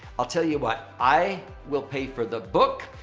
i'll tell you what, i will pay for the book.